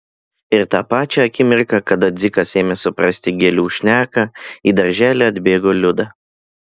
ir tą pačią akimirką kada dzikas ėmė suprasti gėlių šneką į darželį atbėgo liuda